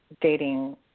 dating